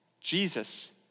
Jesus